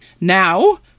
Now